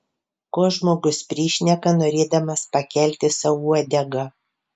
ko žmogus prišneka norėdamas pakelti sau uodegą